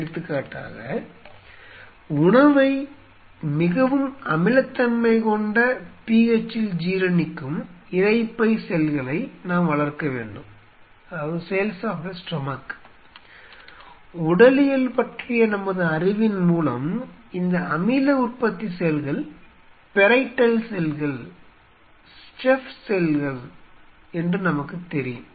எடுத்துக்காட்டாக உணவை மிகவும் அமிலத்தன்மை கொண்ட pH இல் ஜீரணிக்கும் இரைப்பை செல்களை நாம் வளர்க்க வேண்டும் உடலியல் பற்றிய நமது அறிவின் மூலம் இந்த அமில உற்பத்தி செல்கள் பெரைட்டல் செல்கள் செஃப் செல்கள் என்று நமக்குத் தெரியும்